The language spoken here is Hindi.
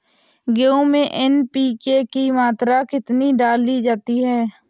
गेहूँ में एन.पी.के की मात्रा कितनी डाली जाती है?